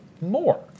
more